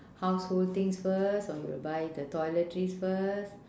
household things first or you buy the toiletries first